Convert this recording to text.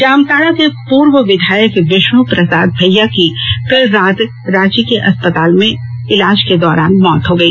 जामताड़ा के पूर्व विधायक विष्णु प्रसाद भईया की कल रात रांची के अस्पताल में इलाज के दौरान मौत हो गई